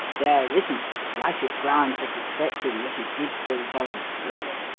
there isn't the slightest ground for suspecting that he did so voluntarily.